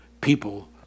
people